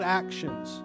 actions